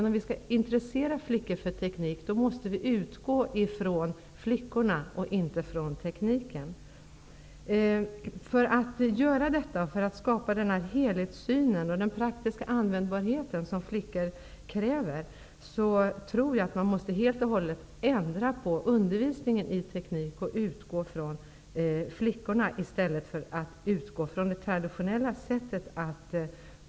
Om vi skall intressera flickor för teknik, måste vi utgå från flickorna och inte från tekniken. För att åstadkomma en helhetssyn och den insikt om att man kan använda tekniken praktiskt som flickor kräver, tror jag att vi helt och hållet måste ändra på undervisningen i teknik. Man måste utgå från flickorna istället för att undervisa på traditionellt sätt.